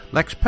Lex